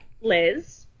Liz